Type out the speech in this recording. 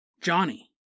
Johnny